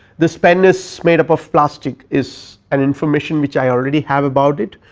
this pen is made up of plastic is an information which i already have about it,